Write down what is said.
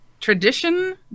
tradition